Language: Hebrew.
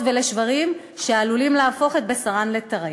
ולשברים שעלולים להפוך את בשרן לטרף.